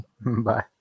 bye